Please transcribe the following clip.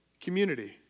community